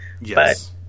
Yes